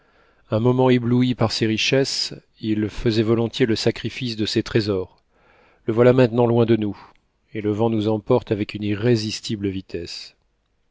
un moment ébloui par ses richesses il faisait volontiers le sacrifice de ses trésors le voilà maintenant loin de nous et le vent nous emporte avec une irrésistible vitesse